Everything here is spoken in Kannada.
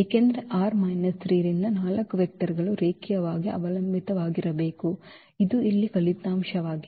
ಏಕೆಂದರೆ ಆರ್ 3 ರಿಂದ 4 ವೆಕ್ಟರ್ ಗಳು ರೇಖೀಯವಾಗಿ ಅವಲಂಬಿತವಾಗಿರಬೇಕು ಇದು ಇಲ್ಲಿ ಫಲಿತಾಂಶವಾಗಿದೆ